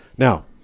Now